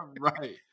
Right